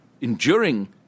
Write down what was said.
enduring